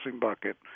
bucket